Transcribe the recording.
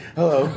Hello